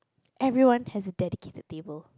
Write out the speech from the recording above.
everyone has a dedicated table